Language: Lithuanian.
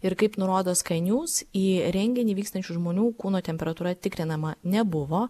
ir kaip nurodo skynews į renginį vykstančių žmonių kūno temperatūra tikrinama nebuvo